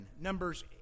Numbers